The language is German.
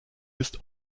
ist